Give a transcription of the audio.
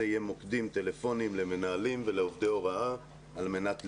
יהיו מוקדים טלפונים למנהלים ולעובדי הוראה על מנת לתמוך.